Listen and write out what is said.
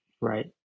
right